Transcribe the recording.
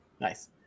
Nice